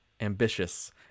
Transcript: ambitious